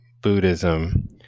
Buddhism